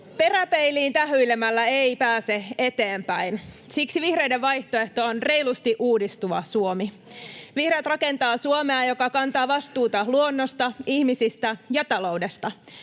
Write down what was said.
Peräpeiliin tähyilemällä ei pääse eteenpäin. Siksi vihreiden vaihtoehto on Reilusti uudistuva Suomi. Vihreät rakentaa Suomea, joka kantaa vastuuta luonnosta, ihmisistä ja taloudesta.